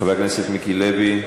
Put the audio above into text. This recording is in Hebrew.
חבר הכנסת מיקי לוי,